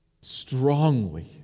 strongly